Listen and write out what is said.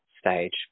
stage